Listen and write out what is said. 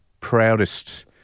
proudest